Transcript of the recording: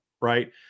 Right